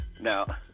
Now